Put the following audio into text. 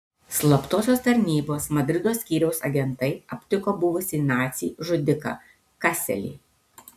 slaptosios tarnybos madrido skyriaus agentai aptiko buvusį nacį žudiką kaselį